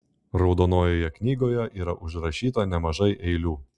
raudonojoje knygoje yra užrašyta nemažai eilių